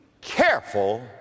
Careful